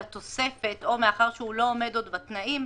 התוספת או מאחר שהוא לא עומד עוד בתנאים,